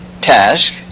task